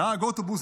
נהג האוטובוס,